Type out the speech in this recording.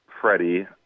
Freddie